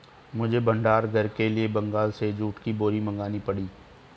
मुझे भंडार घर के लिए बंगाल से जूट की बोरी मंगानी पड़ी